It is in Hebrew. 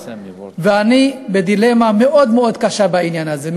ואני בדילמה מאוד מאוד קשה בעניין הזה,